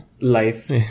life